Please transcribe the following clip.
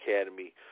Academy